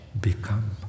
Become